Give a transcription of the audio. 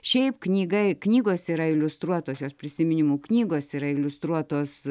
šiaip knyga knygos yra iliustruotosios prisiminimų knygos yra iliustruotos